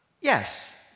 Yes